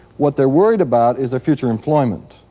what they're worried about is their future employment,